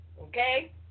Okay